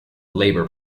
labor